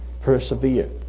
Persevere